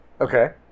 Okay